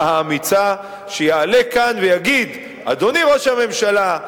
האמיצה שיעלה כאן ויגיד: אדוני ראש הממשלה,